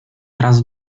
raz